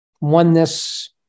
oneness